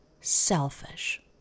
Selfish